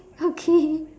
okay